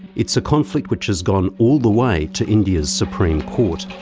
it's a conflict which has gone all the way to india's supreme court.